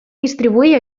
distribuir